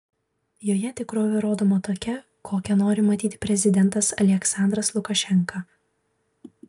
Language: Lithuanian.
joje tikrovė rodoma tokia kokią nori matyti prezidentas aliaksandras lukašenka